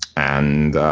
and